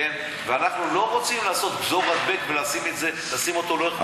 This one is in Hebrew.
ואנחנו לא רוצים לעשות גזור הדבק ולשים אותו לאורך כל המדינה אחרי זה.